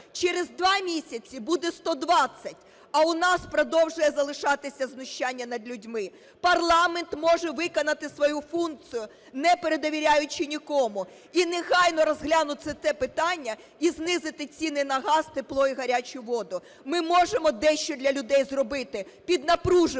через два місяці буде 120, а у нас продовжує залишатися знущання над людьми. Парламент може виконати свою функцію, не передовіряючи нікому, і негайно розглянути це питання і знизити ціни на газ, тепло і гарячу воду. Ми можемо дещо для людей зробити. Піднапружимося